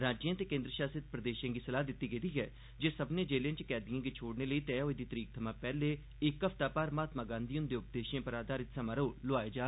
राजयें ते केन्द्र शासित प्रदेशें गी सलाह दित्ती गेदी ऐ जे सब्मनें जेलें च कैदिएं गी छोड़ने लेई तैह होई दी तरीख थमां पैहले इक हफ्ता भर महात्मा गांधी हुंदे उपदेशें पर आधारित समारोह् लुआये जाडन